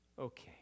Okay